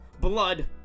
blood